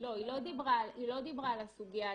היא לא דיברה על הסוגיה הדתית.